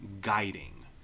guiding